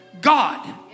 God